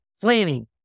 planning